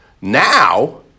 Now